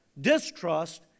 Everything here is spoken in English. distrust